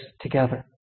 together